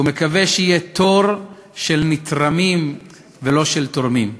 שהוא מקווה שיהיה תור של תורמים ולא של נתרמים.